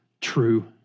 true